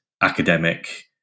academic